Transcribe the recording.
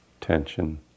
tension